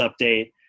update